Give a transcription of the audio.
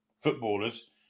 footballers